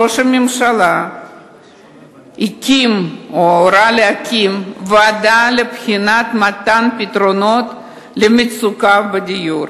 ראש הממשלה הקים או הורה להקים ועדה לבחינת מתן פתרונות למצוקת הדיור.